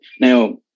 now